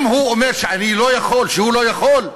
אם הוא אומר שהוא לא יכול,